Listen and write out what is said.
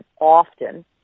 often